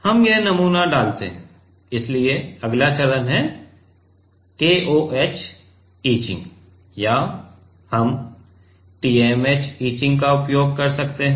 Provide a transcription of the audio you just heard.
हम यह नमूना डालते हैं इसलिए अगला चरण है KOH इचिंग या हम TMAH इचिंग का उपयोग कर सकते हैं